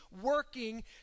working